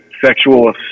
sexual